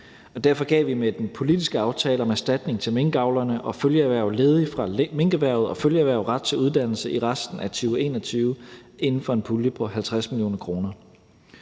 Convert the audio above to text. derfor gav vi med den politiske aftale om erstatning til minkavlerne og følgeerhverv ledige fra minkerhvervet og følgeerhverv ret til uddannelse i resten af 2021 inden for en pulje på 50 mio. kr.